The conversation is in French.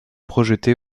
projeté